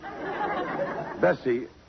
Bessie